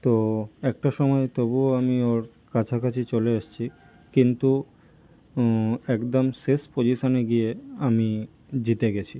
তো একটা সময় তবুও আমি ওর কাছাকাছি চলে এসেছি কিন্তু একদম শেষ পোজিশনে গিয়ে আমি জিতে গিয়েছি